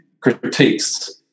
critiques